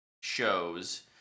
shows